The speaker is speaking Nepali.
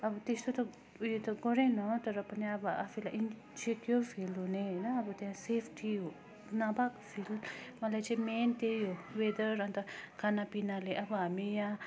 अब त्यस्तो त उयो त गरेन तर पनि अब आफैलाई इनसेक्युर फिल हुने होइन त्यहाँ सेफ्टी नभएको फिल मलाई चाहिँ मेन त्यही हो वेदर अन्त खानापिनाले अब हामी यहाँ